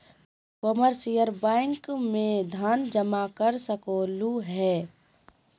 commercial bank में धन के जमा कर सकलु हें